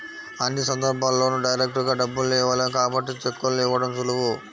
అన్ని సందర్భాల్లోనూ డైరెక్టుగా డబ్బుల్ని ఇవ్వలేం కాబట్టి చెక్కుల్ని ఇవ్వడం సులువు